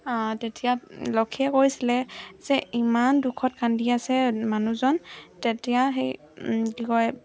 তেতিয়া লক্ষীয়ে কৈছিলে যে ইমান দুখত কান্দি আছে মানুহজন তেতিয়া সেই কি কয়